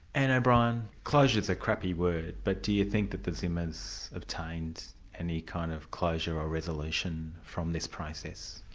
anne o'brien, closure's a crappy word, but do you think that the zimmers obtained any kind of closure or resolution from this process?